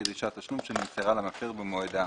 כדרישת תשלום שנמסרה למפר במועד האמור.